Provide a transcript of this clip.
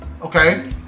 okay